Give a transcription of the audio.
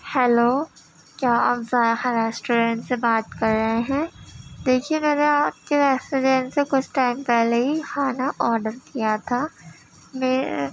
hello کیا آپ Zaiqa restaurant سے بات کر رہے ہیں دیکھیے ذرا آپ کے ریسٹورنٹ سے کچھ ٹائم پہلے ہی کھانا آڈر کیا تھا میرے